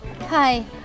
Hi